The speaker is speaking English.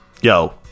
Yo